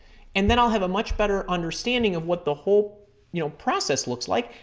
and then i'll have a much better understanding of what the whole you know process looks like.